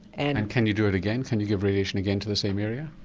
and and can you do it again, can you give radiation again to the same area?